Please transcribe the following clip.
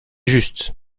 juste